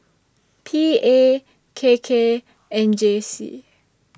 P A K K and J C